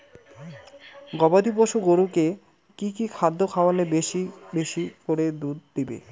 গবাদি পশু গরুকে কী কী খাদ্য খাওয়ালে বেশী বেশী করে দুধ দিবে?